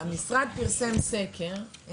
המשרד פרסם סקר.